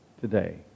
today